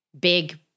big